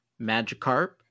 Magikarp